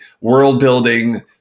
world-building